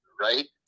Right